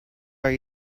are